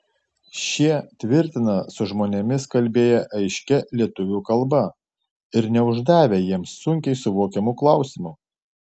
šie tvirtina su žmonėmis kalbėję aiškia lietuvių kalba ir neuždavę jiems sunkiai suvokiamų klausimų